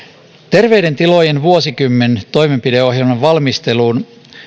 terveiden tilojen vuosikymmen toimenpideohjelman valmistelun